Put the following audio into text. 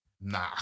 Nah